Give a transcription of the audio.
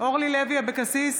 אורלי לוי אבקסיס,